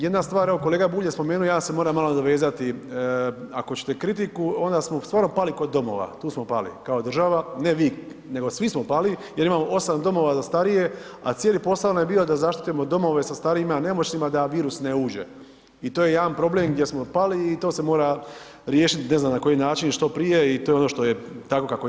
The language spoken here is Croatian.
Jedan stvar evo kolega Bulj je spomenu, ja se moram malo nadovezati, ako ćete kritiku onda smo stvarno pali kod domova, tu smo pali kao država, ne vi nego svi smo pali jer imamo 8 domova za starije, a cijeli posao nam je bio da zaštitimo domove sa starijima, nemoćnima da virus ne uđe i to je jedan problem gdje smo pali i to se mora riješiti ne znam na koji način i što prije i to je ono što je tako kako je.